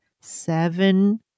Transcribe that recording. seven